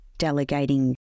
delegating